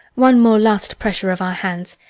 one more last pressure of our hands,